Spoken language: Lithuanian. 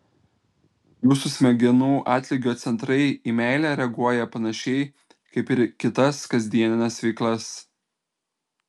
jūsų smegenų atlygio centrai į meilę reaguoja panašiai kaip ir kitas kasdienines veiklas